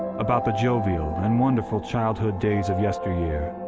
about the jovial and wonderful childhood days of yesteryear.